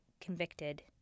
convicted